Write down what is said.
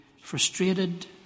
frustrated